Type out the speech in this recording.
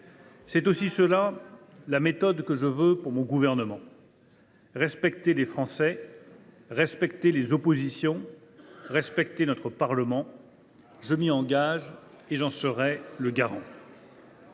C’est aussi cela la méthode que je veux pour mon gouvernement : respecter les Français, respecter les oppositions et respecter notre Parlement. » Ah oui ?« Je m’y engage et j’en serai le garant.